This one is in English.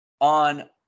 on